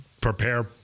prepare